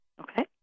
Okay